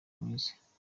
mwiza